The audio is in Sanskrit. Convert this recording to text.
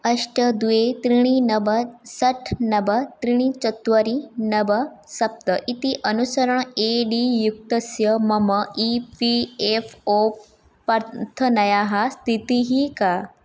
अष्ट द्वे त्रीणि नव षट् नव त्रीणि चत्वारि नव सप्त इति अनुसरन् ए डी युक्तस्य मम ई पी एफ़् ओ प्रार्थनयाः स्थितिः का